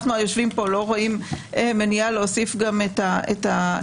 היושבים כאן לא רואים מניעה להוסיף גם את העד.